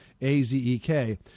A-Z-E-K